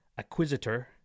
Acquisitor